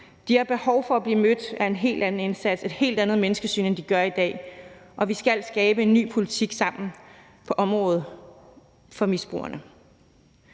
De har behov for at blive mødt af en helt anden indsats, et helt andet menneskesyn, end de gør i dag, og vi skal skabe en ny politik sammen på området for misbrugerne.